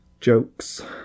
Jokes